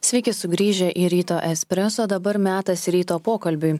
sveiki sugrįžę į ryto espreso dabar metas ryto pokalbiui